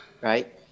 right